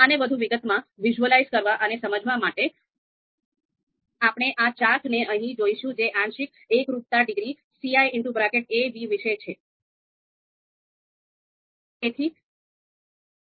આને વધુ વિગતમાં વિઝ્યુઅલાઈઝ કરવા અને સમજવા માટે આપણે આ ચાર્ટને અહીં જોઈશું જે આંશિક એકરૂપતા ડિગ્રી ciab વિશે છે